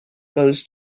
goes